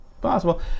Possible